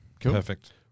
Perfect